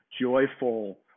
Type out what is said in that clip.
joyful